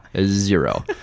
zero